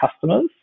customers